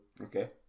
Okay